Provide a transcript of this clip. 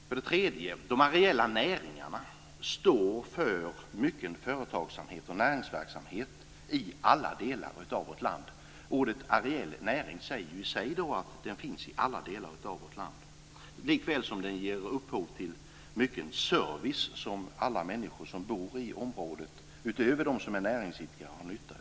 För det tredje står de areella näringarna för mycken företagsamhet och näringsverksamhet i alla delar av vårt land. Uttrycket areell näring säger i sig att den finns i alla delar i vårt land. Likväl ger den upphov till mycken service som alla människor som bor i området utöver dem som är näringsidkare har nytta av.